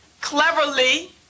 cleverly